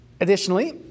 Additionally